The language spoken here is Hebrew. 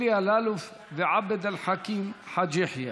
אלי אלאלוף ועבד אל חכים חאג' יחיא.